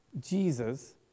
Jesus